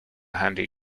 handy